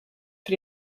für